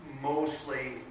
mostly